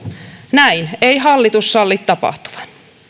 näin ei hallitus salli tapahtuvan